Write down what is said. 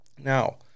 Now